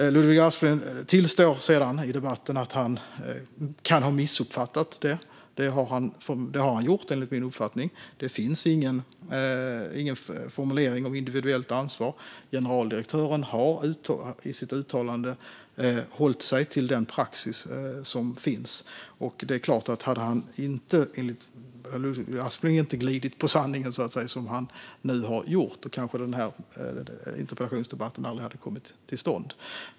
Ludvig Aspling tillstår sedan i debatten att han kan ha missuppfattat det. Det har han gjort enligt min uppfattning. Det finns ingen formulering om individuellt ansvar. Generaldirektören har i sitt uttalande hållit sig till den praxis som finns. Hade Aspling inte glidit på sanningen som han nu har gjort kanske den här interpellationsdebatten aldrig kommit till stånd.